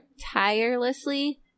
tirelessly